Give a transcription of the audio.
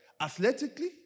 Athletically